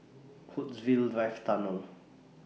Woodsville wife Tunnel